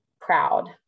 proud